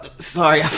sorry, i